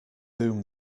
whom